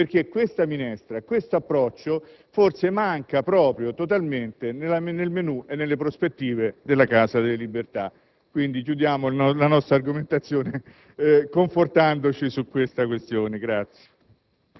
- che questa minestra e questo approccio forse mancano totalmente nel menu e nelle prospettive della Casa delle Libertà, quindi chiudiamo la nostra argomentazione confortandoci su tale questione.